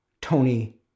Tony